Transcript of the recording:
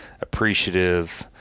appreciative